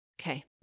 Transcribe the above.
Okay